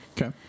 Okay